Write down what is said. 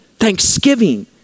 Thanksgiving